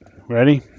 ready